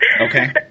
Okay